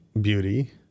beauty